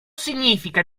significa